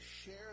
share